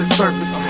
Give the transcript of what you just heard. surface